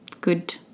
Good